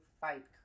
fight